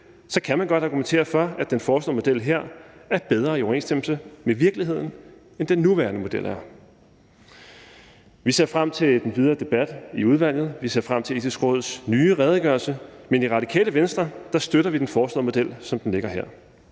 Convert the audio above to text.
så kan man godt argumentere for, at den foreslåede model her er bedre i overensstemmelse med virkeligheden, end den nuværende model er. Vi ser frem til den videre debat i udvalget, og vi ser frem til Det Etiske Råds nye redegørelse, men i Radikale Venstre støtter vi den foreslåede model, som den ligger her.